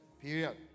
Period